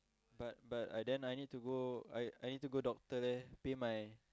but but I then I need to go I I need to go doctor leh pay my